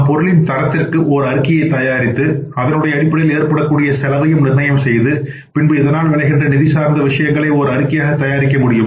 நாம் பொருளின் தரத்திற்கு ஓர் அறிக்கையைத் தயாரித்து அதனடிப்படையில் ஏற்படக்கூடிய செலவையும் நிர்ணயம் செய்து பின்பு இதனால் விளைகின்ற நிதி சார்ந்த விஷயங்களை ஓர் அறிக்கையாக தயாரிக்க முடியும்